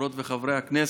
חברות וחברי הכנסת,